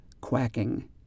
quacking